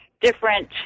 different